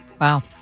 Wow